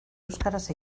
euskaraz